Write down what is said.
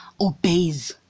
obeys